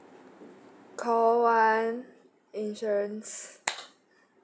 call one insurance